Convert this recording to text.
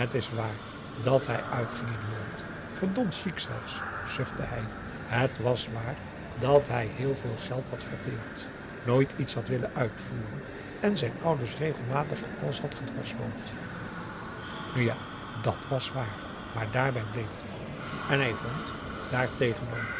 is waar dat hij uitging in holland verdomd c h i q u e zelfs zuchtte hij het was waar dat hij heel veel geld had verteerd nooit iets had willen uitvoeren en zijn ouders regelmatig in alles had gedwarsboomd nu ja dàt was waar maar daarbij bleef het ook en hij vond daartegenover